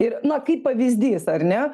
ir na kaip pavyzdys ar ne